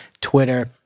Twitter